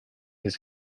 his